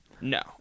No